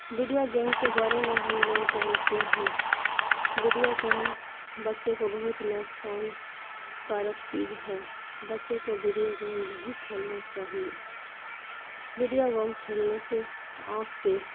video game کے بارے میں ہم لوگ جانتے ہیں ویڈیو گیم بچے کو بہت نقصان کارک چیز ہے بچے کو ویڈیو گیم نہیں کھیلنا چاہیے ویڈیو گیم کھیلنے سے آنکھ پہ